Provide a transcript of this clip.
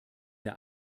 der